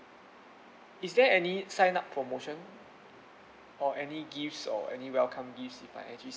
is there any sign up promotion or any gifts or any welcome gifts if I actually